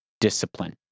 discipline